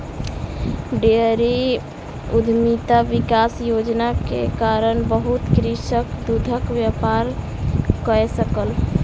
dairy उद्यमिता विकास योजना के कारण बहुत कृषक दूधक व्यापार कय सकल